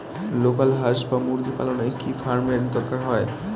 Local হাস বা মুরগি পালনে কি ফার্ম এর দরকার হয়?